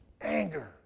anger